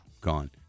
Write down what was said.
Gone